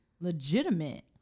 legitimate